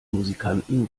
musikanten